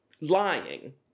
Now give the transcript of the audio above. lying